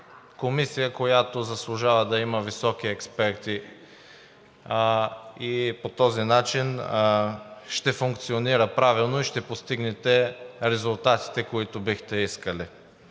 комисия, която заслужава да има високи експерти и по този начин ще функционира правилно, и ще постигнете резултатите, които бихте искали.